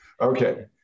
Okay